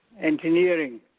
engineering